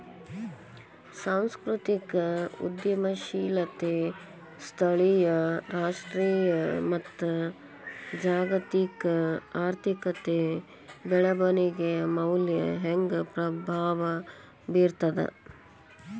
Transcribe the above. ಸಾಂಸ್ಕೃತಿಕ ಉದ್ಯಮಶೇಲತೆ ಸ್ಥಳೇಯ ರಾಷ್ಟ್ರೇಯ ಮತ್ತ ಜಾಗತಿಕ ಆರ್ಥಿಕತೆಯ ಬೆಳವಣಿಗೆಯ ಮ್ಯಾಲೆ ಹೆಂಗ ಪ್ರಭಾವ ಬೇರ್ತದ